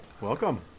Welcome